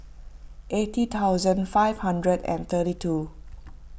eighty thousand five hundred and thirty two